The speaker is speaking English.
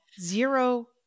zero